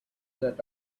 that